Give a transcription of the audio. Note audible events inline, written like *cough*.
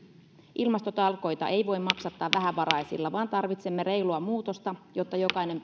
ilmastotalkoita ei voi maksattaa vähävaraisilla vaan tarvitsemme reilua muutosta jotta jokainen *unintelligible*